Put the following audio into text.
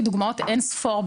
יש לי דוגמאות אינספור,